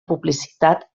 publicitat